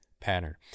pattern